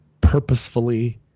purposefully